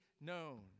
known